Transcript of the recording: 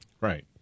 Right